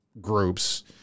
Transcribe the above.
groups